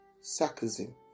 sarcasm